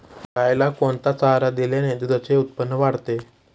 गाईला कोणता चारा दिल्याने दुधाचे उत्पन्न वाढते?